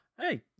Hey